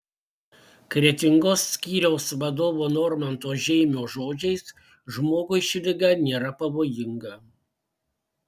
kretingos skyriaus vadovo normanto žeimio žodžiais žmogui ši liga nėra pavojinga